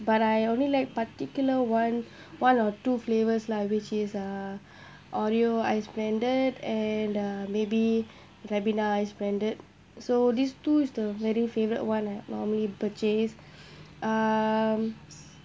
but I only like particular one one or two flavors lah which is uh oreo ice blended and uh maybe Ribena ice blended so these two is the very favourite one I normally purchase um